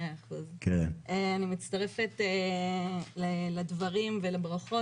אני מצטרפת לדברים ולברכות,